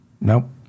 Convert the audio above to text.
Nope